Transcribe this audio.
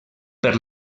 per